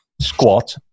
squat